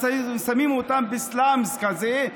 אז שמים אותם בסלמס כזה,